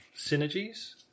synergies